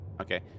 Okay